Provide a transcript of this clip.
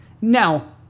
Now